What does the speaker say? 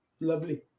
Lovely